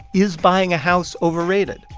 is buying a house overrated?